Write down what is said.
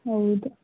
ಹೌದು